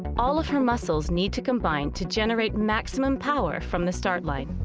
all of her muscles need to combine to generate maximum power from the start line.